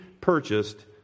purchased